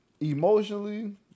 emotionally